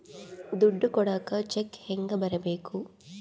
ದುಡ್ಡು ಕೊಡಾಕ ಚೆಕ್ ಹೆಂಗ ಬರೇಬೇಕು?